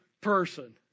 person